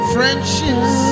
Friendships